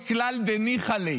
מכלל דניחא ליה